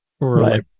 right